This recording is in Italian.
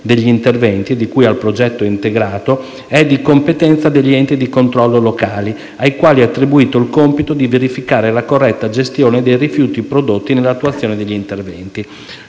degli interventi di cui al progetto integrato è di competenza degli enti di controllo locali, ai quali è attribuito il compito di verificare la corretta gestione dei rifiuti prodotti nell'attuazione degli interventi.